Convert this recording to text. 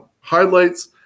highlights